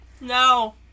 No